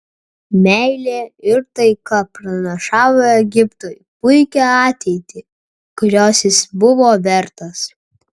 meilė ir taika pranašavo egiptui puikią ateitį kurios jis buvo vertas